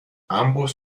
ambos